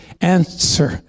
answer